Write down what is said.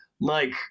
mike